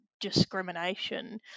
discrimination